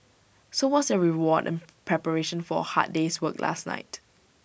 so what's their reward in preparation for A hard day's work last night